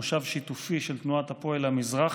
מושב שיתופי של תנועת הפועל המזרחי,